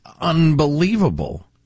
unbelievable